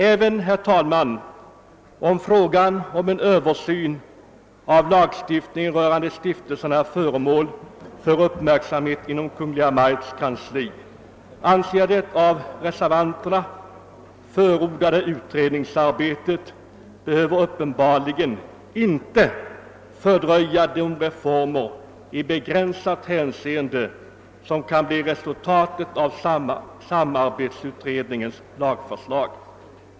Även om frågan om en Översyn av lagstiftningen rörande stiftelserna är föremål för uppmärksamhet inom Kungl. Maj:ts kansli behöver uppenbarligen inte det av reservanterna förordade utredningsarbetet fördröja de begränsade reformer som kan bli resultatet av samarbetsutredningens lagförslag.